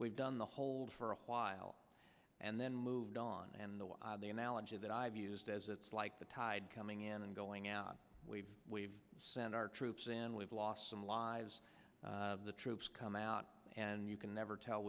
we've done the hold for a while and then moved on and the analogy that i've used as it's like the tide coming in and going out we've sent our troops in we've lost some lives the troops come out and you can never tell